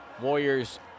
Warriors